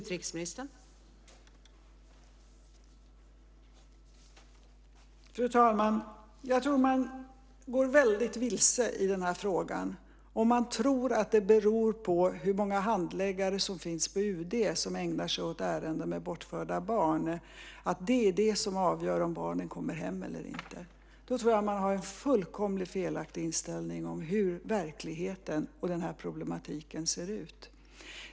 Fru talman! Jag tror att man går väldigt vilse i den här frågan om man tror att det beror på hur många handläggare på UD som ägnar sig åt ärenden med bortförda barn om barnen kommer hem eller inte. Då tror jag att man har en fullkomligt felaktig inställning till hur verkligheten och den här problematiken ser ut.